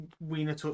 Wiener